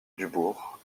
dubourg